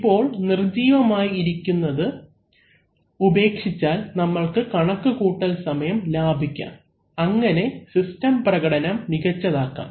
ഇപ്പോൾ നിർജീവമായി ഇരിക്കുന്നത് ഉപേക്ഷിച്ചാൽ നമ്മൾക്ക് കണക്ക് കൂട്ടൽ സമയം ലാഭിക്കാം അങ്ങനെ സിസ്റ്റം പ്രകടനം മികച്ചതാക്കാം